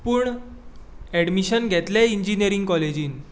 पूण एडमिशन घेतलें इंजिनियरिंग काॅलेजीन